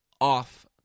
off